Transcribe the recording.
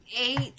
eight